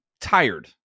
tired